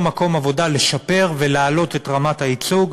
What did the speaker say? מקום עבודה לשפר ולהעלות את רמת הייצוג.